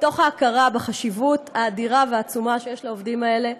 מתוך ההכרה בחשיבות האדירה והעצומה שיש לעובדים האלה,